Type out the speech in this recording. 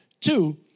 Two